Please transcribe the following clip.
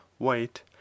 white